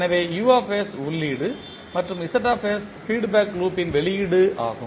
எனவே உள்ளீடு மற்றும் ஃபீட் பேக் லூப்த்தின் வெளியீடு ஆகும்